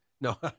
no